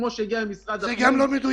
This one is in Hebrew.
כפי שהגיעה למשרד הפנים --- זה גם לא מדויק.